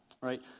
right